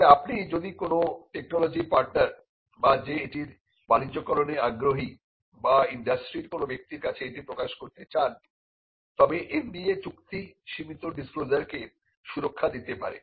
তবে আপনি যদি কোন টেকনোলজি পার্টনার বা যে এটির বাণিজ্যকরনে আগ্রহী বা ইন্ডাস্ট্রির কোন ব্যক্তির কাছে এটি প্রকাশ করতে চান তবে NDA চুক্তি সীমিত ডিসক্লোজারকে সুরক্ষা দিতে পারে